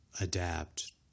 adapt